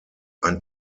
ein